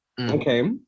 okay